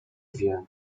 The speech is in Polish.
wie